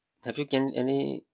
have you gain any